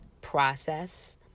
process